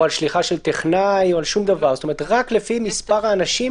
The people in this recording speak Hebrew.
עם זאת יש לנו כמה השגות